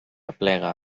aplega